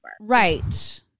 Right